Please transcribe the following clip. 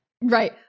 Right